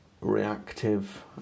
reactive